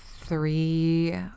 three